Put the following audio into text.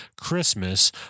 Christmas